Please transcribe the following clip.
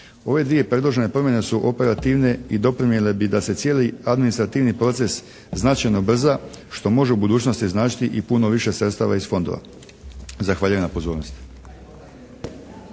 Ove dvije predložene promjene su operativne i doprinijele bi da se cijeli administrativni proces značajno ubrzo, što može u budućnosti značiti i puno više sredstava iz fondova. Zahvaljujem na pozornosti.